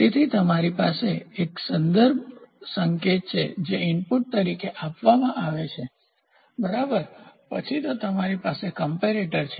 તેથી તમારી પાસે એક સંદર્ભ સંકેત છે જે ઇનપુટ તરીકે આપવામાં આવે છે બરાબર તો પછી તમારી પાસે કમ્પેરેટર છે